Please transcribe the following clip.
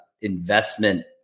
investment